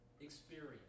experience